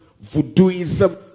voodooism